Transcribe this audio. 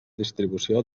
distribució